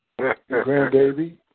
Grandbaby